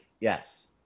yes